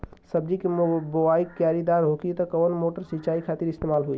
सब्जी के बोवाई क्यारी दार होखि त कवन मोटर सिंचाई खातिर इस्तेमाल होई?